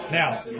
now